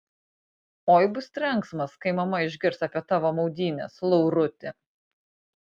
oi bus trenksmas kai mama išgirs apie tavo maudynes lauruti